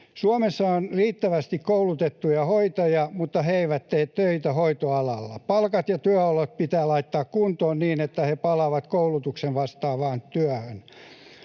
Suomessa on riittävästi koulutettuja hoitajia, mutta he eivät tee töitä hoitoalalla. Palkat ja työolot pitää laittaa kuntoon, niin että he palaavat koulutusta vastaavaan työhön.